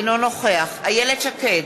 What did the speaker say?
אינו נוכח איילת שקד,